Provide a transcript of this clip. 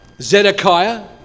Zedekiah